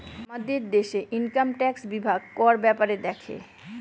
আমাদের দেশে income tax বিভাগ কর ব্যাপারে দেখে